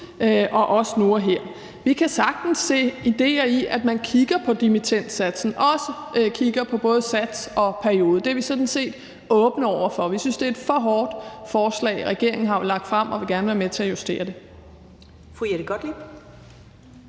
og også nu og her. Vi kan sagtens se idéer i, at man kigger på dimittendsatsen, også kigger på både sats og periode – det er vi sådan set åbne over for. Vi synes, det er et for hårdt forslag, regeringen har lagt frem, og vil gerne være med til at justere det.